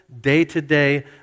day-to-day